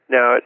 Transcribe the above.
Now